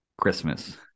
Christmas